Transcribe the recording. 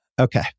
Okay